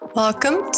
welcome